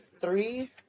three